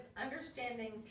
Understanding